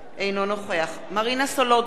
אינו נוכח מרינה סולודקין,